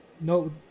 no